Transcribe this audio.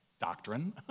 doctrine